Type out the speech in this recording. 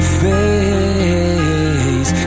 face